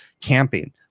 camping